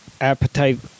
Appetite